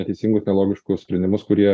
neteisingus nelogiškus sprendimus kurie